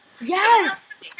Yes